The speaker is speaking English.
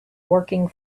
working